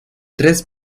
tres